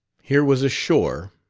here was a shore,